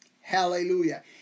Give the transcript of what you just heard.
Hallelujah